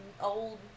old